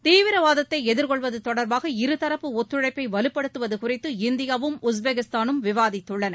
தீவிரவாதத்தைஎதிர்கொள்வதுதொடர்பாக இரு தரப்பு ஒத்துழைப்பைவலுப்படுத்துவதுகுறித்து இந்தியாவும் உஸ்பகிஸ்தானும் விவாதித்துள்ளன